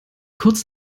kurz